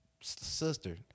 sister